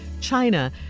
China